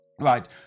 Right